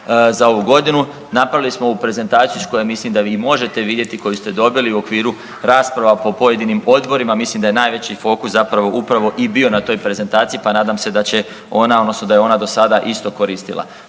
za ovu godinu napravili smo ovu prezentaciju s kojom mislim da vi možete vidjeti koji ste dobili u okviru rasprava po pojedinim odborima, mislim da je najveći fokus zapravo upravo i bio na toj prezentaciji pa nadam se da će ona odnosno da je ona do sada isto koristila.